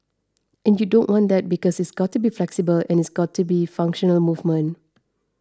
and you don't want that because it's got to be flexible and it's got to be functional movement